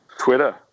Twitter